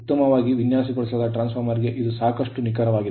ಉತ್ತಮವಾಗಿ ವಿನ್ಯಾಸಗೊಳಿಸಲಾದ transformer ಗೆ ಇದು ಸಾಕಷ್ಟು ನಿಖರವಾಗಿದೆ